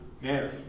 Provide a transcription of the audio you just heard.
Mary